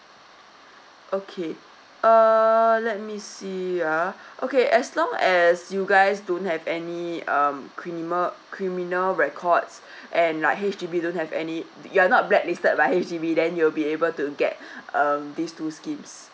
okay err let me see ah okay as long as you guys don't have any um criminal criminal records and like H_D_B don't have any you're not blacklisted by H_D_B then you will be able to get um these two schemes